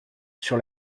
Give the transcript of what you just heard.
sur